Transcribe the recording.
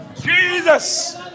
Jesus